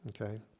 okay